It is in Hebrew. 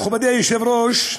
מכובדי היושב-ראש,